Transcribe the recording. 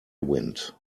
wind